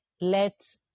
let